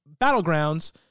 Battlegrounds